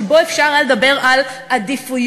שבו אפשר היה לדבר על עדיפויות,